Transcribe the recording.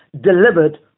delivered